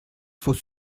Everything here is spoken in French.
faut